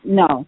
no